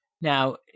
Now